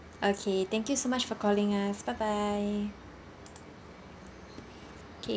okay thank you so much for calling us bye bye okay